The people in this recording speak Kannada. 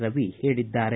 ರವಿ ಹೇಳಿದ್ದಾರೆ